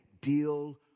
Deal